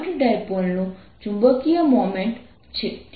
પરંતુ તે ખૂબ જ નાનું છે